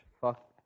Fuck